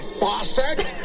bastard